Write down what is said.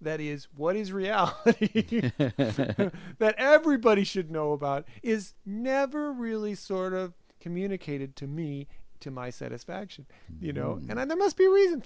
that is what is reality that everybody should know about is never really sort communicated to me to my satisfaction you know and i there must be a reason